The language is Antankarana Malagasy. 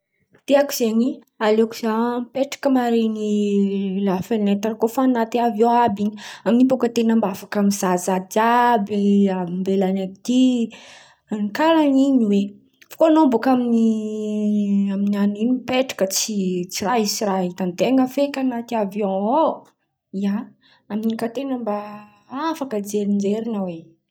Tiako zen̈y, aleoko za mipetraka mariny la fenetra koa fa an̈aty aviôn àby in̈y. Amin’in̈y bôka anten̈a mba afaka mizahazaha jiàby, ambelany aty, karà in̈y oe. Fa koa an̈ao bôka amin’ny anina in̈y mipetra tsy tsy raha hisy raha hitan-ten̈a feky an̈aty aviôn ao. Ia amy nakà ten̈a mba afaka jenjirin̈y oe.